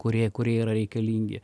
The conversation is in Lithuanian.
kurie kurie yra reikalingi